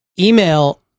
email